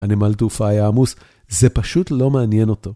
הנמל תעופה היה עמוס, זה פשוט לא מעניין אותו.